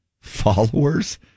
followers